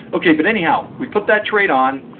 ok, but anyhow, we put that trade on,